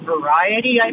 variety